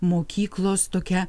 mokyklos tokią